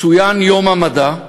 צוין יום המדע,